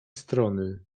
strony